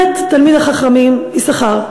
תלמיד החכמים יששכר,